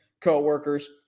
co-workers